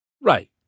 Right